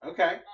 Okay